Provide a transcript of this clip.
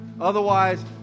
otherwise